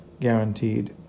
guaranteed